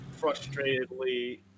frustratedly